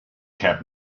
kept